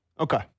Okay